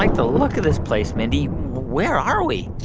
like the look of this place, mindy. where are we?